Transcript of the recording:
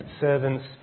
servants